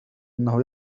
إنه